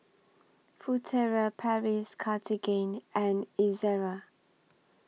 Furtere Paris Cartigain and Ezerra